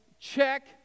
Check